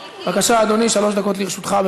בבקשה, אדוני, שלוש דקות לרשותך.